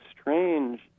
strange